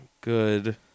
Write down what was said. Good